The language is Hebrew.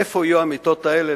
איפה יהיו המיטות האלה,